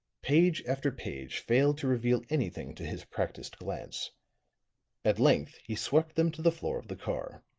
page after page failed to reveal anything to his practised glance at length he swept them to the floor of the car.